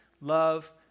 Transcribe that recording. Love